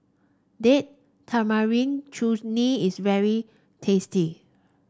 Date Tamarind Chutney is very tasty